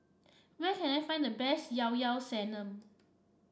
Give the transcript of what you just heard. where can I find the best Llao Llao Sanum